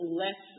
less